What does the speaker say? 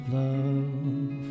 love